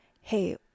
hey